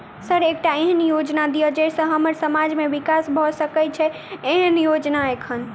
Sir एकटा एहन योजना दिय जै सऽ हम्मर समाज मे विकास भऽ सकै छैय एईसन योजना एखन?